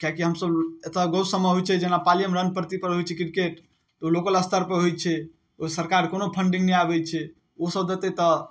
किएक कि हमसब एतऽ गाँव सबमे होइ छै जेना पालियेमे परतीपर होइ छै क्रिकेट तऽ ओ लोकल स्तरपर होइ छै ओ सरकार कोनो फन्डिंग नहि आबै छै ओ सब देतै तऽ